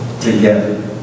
together